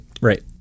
Right